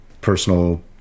personal